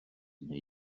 wnei